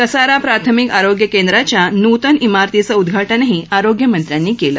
कसारा प्राथमिक आरोग्य केंद्राच्या नूतन इमारतीचं उद्घाटनही आरोग्यमंत्र्यांनी केलं